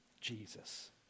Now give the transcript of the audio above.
Jesus